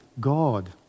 God